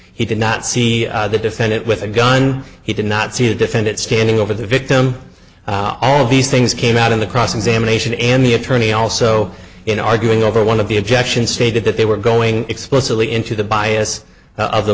he did not see the defendant with a gun he did not see the defendant standing over the victim all of these things came out in the cross examination and the attorney also in arguing over one of the objections stated that they were going explicitly into the bias of the